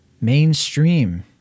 mainstream